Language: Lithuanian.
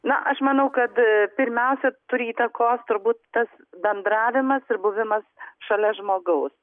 na aš manau kad pirmiausia turi įtakos turbūt tas bendravimas ir buvimas šalia žmogaus